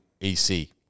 ac